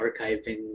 archiving